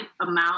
amount